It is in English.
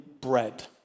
bread